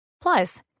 Plus